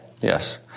Yes